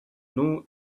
know